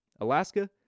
Alaska